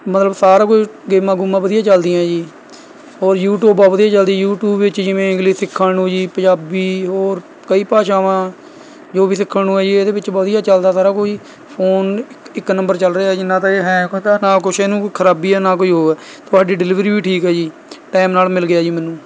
ਮਤਲਬ ਸਾਰਾ ਕੁਝ ਗੇਮਾਂ ਗੁੰਮਾਂ ਵਧੀਆ ਚੱਲਦੀਆਂ ਏ ਜੀ ਹੋਰ ਯੂਟਿਉਬ ਬਹੁਤ ਵਧੀਆ ਚੱਲਦੀ ਯੂਟਿਊਬ ਵਿੱਚ ਜਿਵੇਂ ਇੰਗਲਿਸ਼ ਸਿੱਖਣ ਨੂੰ ਜੀ ਪੰਜਾਬੀ ਹੋਰ ਕਈ ਭਾਸ਼ਾਵਾਂ ਜੋ ਵੀ ਸਿੱਖਣ ਨੂੰ ਹੈ ਜੀ ਇਹਦੇ ਵਿੱਚ ਵਧੀਆ ਚੱਲਦਾ ਸਾਰਾ ਕੁਝ ਫੋਨ ਇੱਕ ਇੱਕ ਨੰਬਰ ਚੱਲ ਰਿਹਾ ਜੀ ਨਾ ਤਾਂ ਇਹ ਹੈਂਗ ਹੁੰਦਾ ਨਾ ਕੁਛ ਇਹਨੂੰ ਖਰਾਬੀ ਹੈ ਨਾ ਕੋਈ ਉਹ ਹੈ ਤੁਹਾਡੀ ਡਿਲੀਵਰੀ ਵੀ ਠੀਕ ਹੈ ਜੀ ਟਾਈਮ ਨਾਲ਼ ਮਿਲ ਗਿਆ ਜੀ ਮੈਨੂੰ